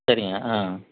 சரிங்க ஆ